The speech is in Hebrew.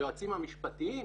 היועצים המשפטיים?